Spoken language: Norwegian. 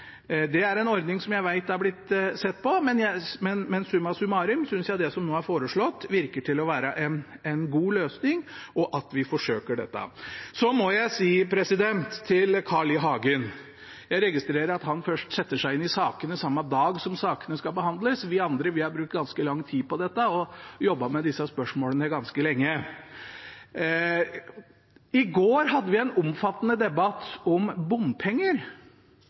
Det er en ordning som jeg vet er blitt sett på, men summa summarum synes jeg det som nå er foreslått, virker som å være en god løsning, som vi bør forsøke. Så må jeg si til Carl I. Hagen: Jeg registrerer at han først setter seg inn i sakene samme dag som sakene skal behandles. Vi andre har brukt ganske lang tid på dette og jobbet med disse spørsmålene ganske lenge. I går hadde vi en omfattende debatt om bompenger.